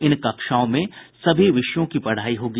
इन कक्षाओं में सभी विषयों की पढ़ाई होगी